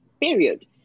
period